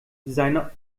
seine